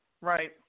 Right